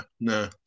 no